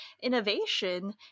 innovation